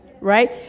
right